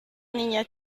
niña